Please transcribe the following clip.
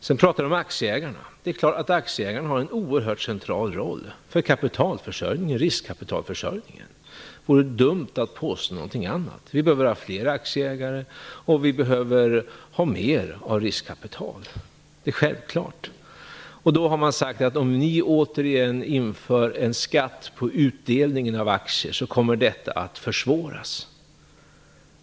Sedan talade han om aktieägarna. Det är klart att aktieägarna har en oerhört central roll för riskkapitalförsörjningen. Det vore dumt att påstå någonting annat. Vi behöver fler aktieägare och vi behöver mer riskkapital. Det är självklart. Då har man sagt att om regeringen återinför en skatt på utdelning av aktier så kommer kapitalförsörjningen att försvåras.